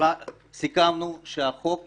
סיכמנו שהחוק יתקדם,